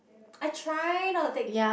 I try not to take